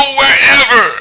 wherever